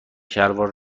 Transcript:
شلوار